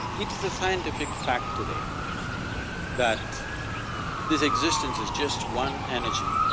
it is a scientific fact today that this existence is just one energy,